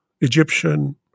Egyptian